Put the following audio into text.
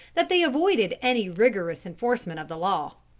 that they avoided any rigorous enforcement of the law.